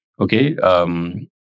okay